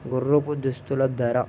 గుర్రపు దుస్తుల ధర